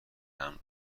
امن